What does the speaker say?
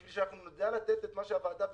בשביל שאנחנו נדע לתת את מה שהוועדה ביקשה,